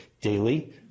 daily